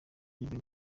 bwemewe